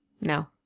No